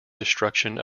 destruction